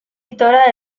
editora